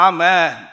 Amen